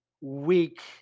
weak